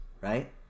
right